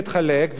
הם רוצים להתחלק.